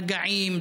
מגעים,